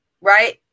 Right